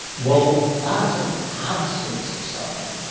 well, that's an absence of something,